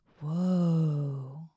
Whoa